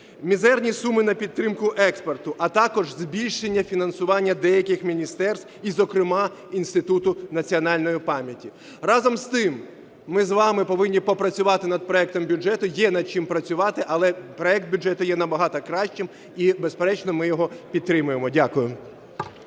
Мізерні суми на підтримку експорту, а також збільшення фінансування деяких міністерств і, зокрема, Інституту національної пам'яті. Разом з тим, ми з вами повинні попрацювати над проектом бюджету, є над чим працювати, але проект бюджету є набагато кращим, і, безперечно, ми його підтримуємо. Дякую.